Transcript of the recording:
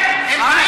לא היא, הם.